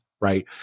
right